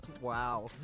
Wow